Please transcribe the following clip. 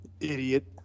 idiot